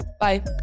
Bye